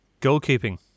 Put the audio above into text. Goalkeeping